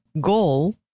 goal